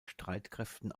streitkräften